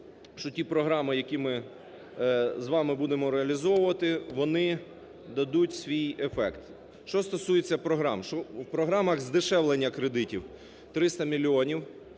що ті програми, які ми з вами будемо реалізовувати, вони дадуть свій ефект. Що стосується програм? В програмах здешевлення кредитів 300 мільйонів,